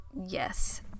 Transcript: Yes